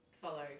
follow